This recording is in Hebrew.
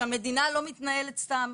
שהמדינה לא מתנהלת סתם.